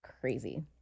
crazy